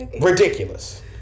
Ridiculous